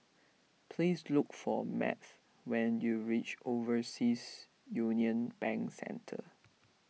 please look for Math when you reach Overseas Union Bank Centre